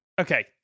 okay